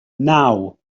naw